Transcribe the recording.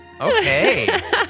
Okay